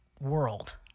world